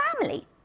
family